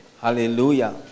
Hallelujah